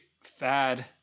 fad